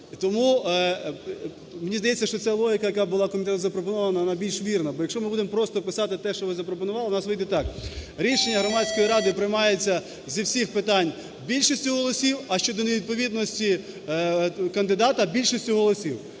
Тому, мені здається, що ця логіка, яка була комітету запропонована, вона більш вірна. Якщо ми будемо просто писати те, що ви запропонували, у нас вийде так: рішення громадської ради приймається зі всіх питань більшістю голосів, а щодо невідповідності кандидата більшістю голосів.